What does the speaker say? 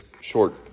short